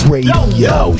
Radio